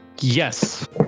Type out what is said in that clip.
Yes